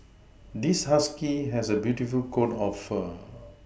this husky has a beautiful coat of fur